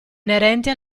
inerente